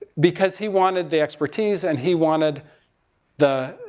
because he wanted the expertise, and he wanted the,